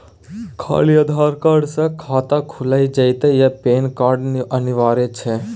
खाली आधार कार्ड स खाता खुईल जेतै या पेन कार्ड अनिवार्य छै?